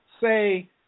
say